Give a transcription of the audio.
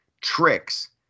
tricks